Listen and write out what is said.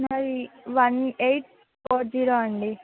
మరి one eight four zero అండి